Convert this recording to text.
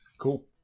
Cool